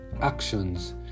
actions